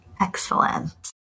Excellent